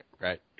right